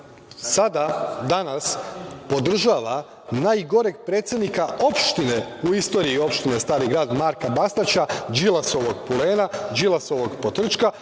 toga. Sada, danas, podržava najgoreg predsednika opštine u istoriji opštine Stari grad, Marka Bastaća, Đilasovog pulena, Đilasovog potrčka